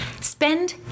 Spend